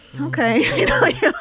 okay